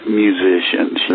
musicians